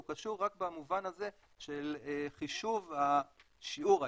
הוא קשור רק במובן הזה של חישוב שיעור ההיטל,